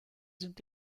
sind